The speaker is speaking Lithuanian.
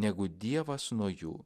negu dievas nuo jų